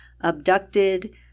abducted